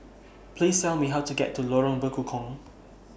Please Tell Me How to get to Lorong Bekukong